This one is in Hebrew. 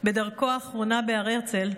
בדרכו האחרונה בהר הרצל,